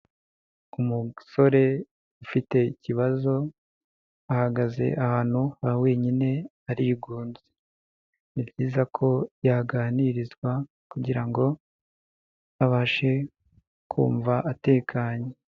Umusore ufite ikibazo, ahagaze ahantu ha wenyine arigunze, ni byiza ko yaganirizwa kugira ngo abashe kumva atekanye.